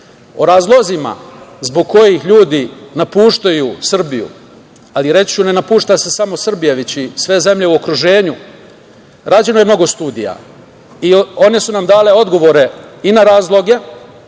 razlozima zbog kojih ljudi napuštaju Srbiju, ali reći ću ne napušta se samo Srbija, već i sve zemlje u okruženju, rađeno je mnogu studija i one su nam dale odgovore i na razloge.